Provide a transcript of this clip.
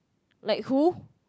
like who